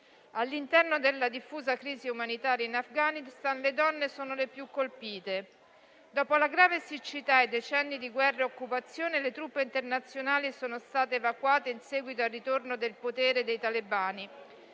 All'interno della diffusa crisi umanitaria in Afghanistan, le donne sono le più colpite. Dopo la grave siccità e i decenni di guerra e di occupazione, le truppe internazionali sono state evacuate in seguito al ritorno del potere dei talebani